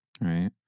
right